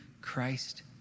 Christ